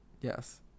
Yes